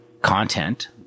content